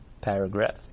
paragraph